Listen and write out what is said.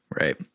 Right